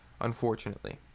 unfortunately